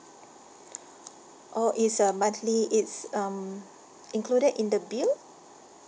oh it's a monthly it's um included in the bill